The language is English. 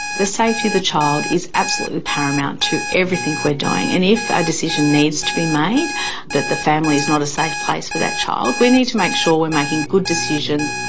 the safety of the child is absolutely paramount to everything we're doing. and if a decision needs to be made that the family's not a safe place for that child, we need to make sure we're making good decisions.